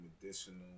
medicinal